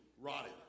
rotted